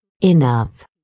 Enough